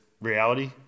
reality